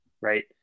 Right